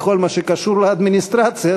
בכל מה שקשור לאדמיניסטרציה,